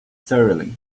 thoroughly